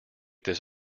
this